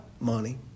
Money